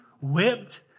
whipped